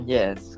Yes